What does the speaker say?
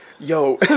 Yo